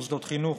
מוסדות חינוך,